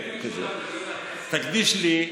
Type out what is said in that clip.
תקדיש לי,